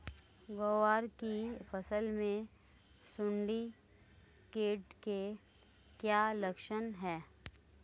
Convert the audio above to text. ग्वार की फसल में सुंडी कीट के क्या लक्षण है?